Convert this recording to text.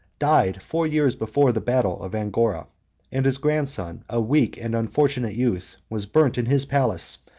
died four years before the battle of angora and his grandson, a weak and unfortunate youth, was burnt in his palace,